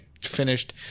finished